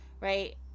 right